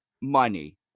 money